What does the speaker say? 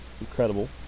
incredible